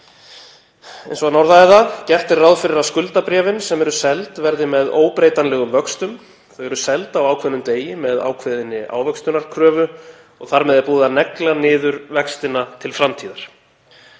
Eins og hann orðaði það: „Gert er ráð fyrir að skuldabréfin sem eru seld verði með óbreytanlegum vöxtum. Þau eru seld á ákveðnum degi með ákveðinni ávöxtunarkröfu og þar með er búið að negla niður vextina til framtíðar.“